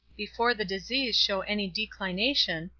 before the disease show any declination,